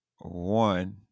one